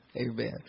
amen